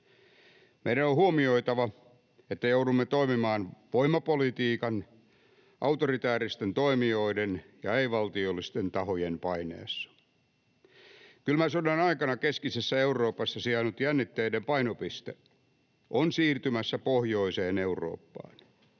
Meidän on huomioitava, että joudumme toimimaan voimapolitiikan, autoritääristen toimijoiden ja ei-valtiollisten tahojen paineessa. Kylmän sodan aikana keskisessä Euroopassa sijainnut jännitteiden painopiste on siirtymässä pohjoiseen Eurooppaan.